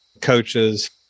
coaches